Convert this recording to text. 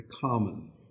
common